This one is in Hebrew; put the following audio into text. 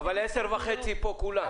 אבל ב-10:30 פה כולם.